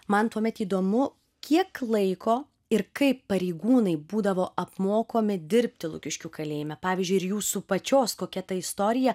man tuomet įdomu kiek laiko ir kaip pareigūnai būdavo apmokomi dirbti lukiškių kalėjime pavyzdžiui ir jūsų pačios kokia ta istorija